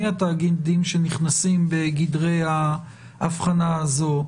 מי התאגידים שנכנסים בגדרי ההבחנה הזאת,